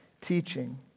teaching